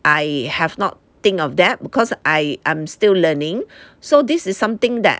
I have not think of that because I I'm still learning so this is something that